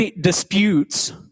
disputes